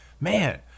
man